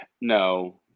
no